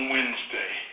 Wednesday